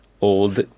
old